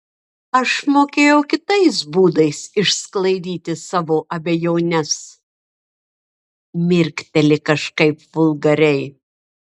aš mokėjau kitais būdais išsklaidyti savo abejones mirkteli kažkaip vulgariai